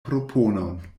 proponon